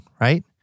right